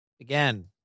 Again